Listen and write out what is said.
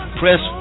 press